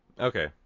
okay